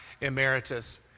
emeritus